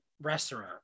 restaurant